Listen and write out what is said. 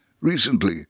Recently